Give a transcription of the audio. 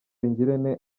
ngirente